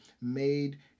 made